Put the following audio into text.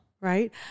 Right